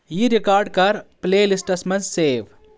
یہِ رِکارڈ کر playlists منٛز سیو